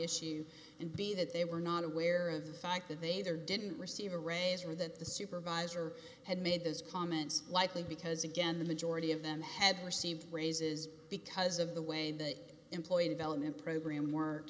issue and b that they were not aware of the fact that they either didn't receive a raise or that the supervisor had made those comments likely because again the majority of them had received raises because of the way the employee development program or